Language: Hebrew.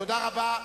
תודה רבה.